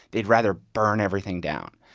they'd rather burn everything down